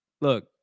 look